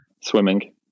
swimming